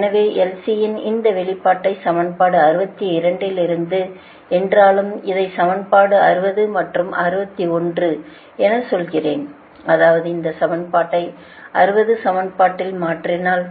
எனவே L C யின் இந்த வெளிப்பாட்டை சமன்பாடு 62 இலிருந்து என்றாலும் இதைச் சமன்பாடு 60 மற்றும் 61 எனச் சொல்கிறேன் அதாவது இந்த சமன்பாடை 60 வது சமன்பாட்டில் மாற்றினால்